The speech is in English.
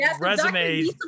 resumes